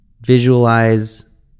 visualize